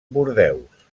bordeus